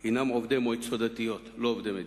הם עובדי מועצות דתיות, לא עובדי מדינה.